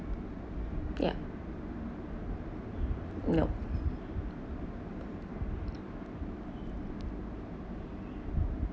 ya no